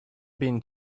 been